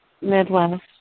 Midwest